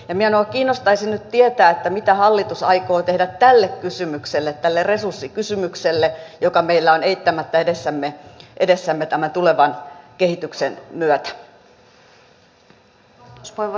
minua kiinnostaisi nyt tietää mitä hallitus aikoo tehdä tälle resurssikysymykselle joka meillä on eittämättä edessämme tämän tulevan kehityksen myötä